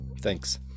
Thanks